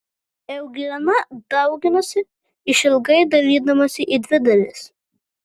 euglena dauginasi išilgai dalydamasi į dvi dalis